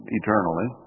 eternally